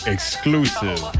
Exclusive